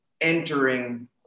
entering